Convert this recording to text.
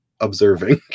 observing